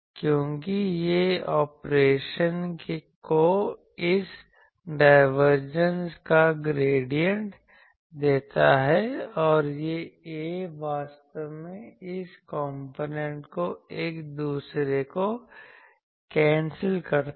क्योंकि यह ऑपरेशन को इस डायवर्जनस का ग्रेडियंट देता है और यह A वास्तव में इस कॉम्पोनेंट को एक दूसरे को कैंसिल करता है